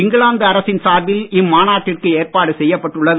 இங்கிலாந்து அரசின் சார்பில் இம்மாநாட்டிற்கு ஏற்பாடு செய்யப் பட்டுள்ளது